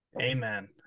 Amen